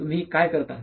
तुम्ही काय करता